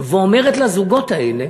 ואומרת לזוגות האלה: